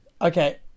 Okay